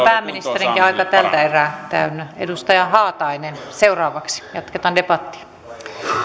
pääministerinkin aika tältä erää täynnä edustaja haatainen seuraavaksi jatketaan debattia